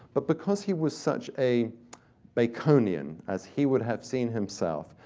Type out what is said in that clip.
but because he was such a baconian, as he would have seen himself,